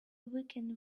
weaken